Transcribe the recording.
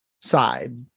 side